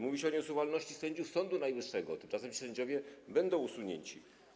Mówi się o nieusuwalności sędziów Sądu Najwyższego, tymczasem sędziowie będą usunięci.